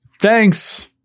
Thanks